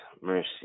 Mercy